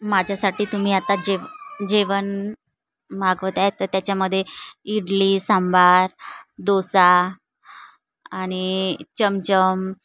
माझ्यासाठी तुम्ही आता जेव जेवण मागवत आहे तर त्याच्यामध्ये इडली सांबार डोसा आणि चमचम